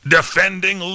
Defending